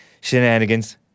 shenanigans